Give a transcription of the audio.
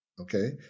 Okay